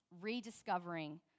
rediscovering